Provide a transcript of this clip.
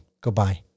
Goodbye